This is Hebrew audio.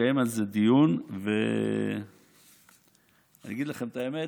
לקיים על זה דיון, ואני אגיד לכם את האמת,